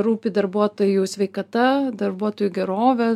rūpi darbuotojų sveikata darbuotojų gerovė